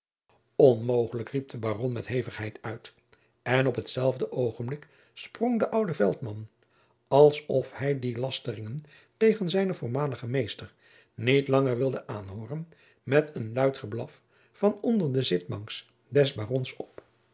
onmogelijk riep de baron met hevigheid uit en op hetzelfde oogenblik sprong de oude veltman als of hij die lasteringen tegen zijnen voormaligen meester niet langer wilde aanhooren met een luid geblaf van onder den zitbank des barons op